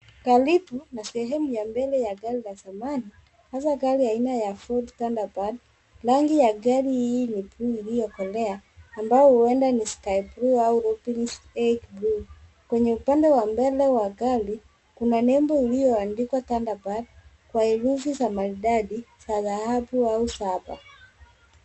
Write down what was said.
Karibu na sehemu ya mbele ya gari la zamani hasa gari ya aina ya Ford Thunderbird. Rangi ya gari hii ni bluu iliyokolea ambayo huenda ni skyblue au turqoise blue . Kwenye upande wa mbele wa gari kuna nembo iliyoandikwa Thunderbird kwa herufi za maridadi za dhahabu au shaba.